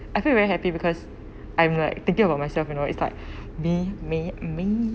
I feel very happy because I'm like the gift of myself you know it's like me me me